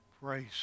Praise